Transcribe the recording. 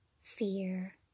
fear